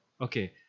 Okay